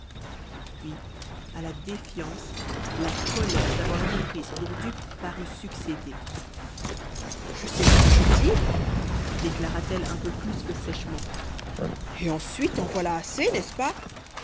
puis à la défiance la colère d'avoir été prise pour dupe parut succéder je sais ce que je dis déclara t elle un peu plus que sèchement et ensuite en voilà assez n'est-ce pas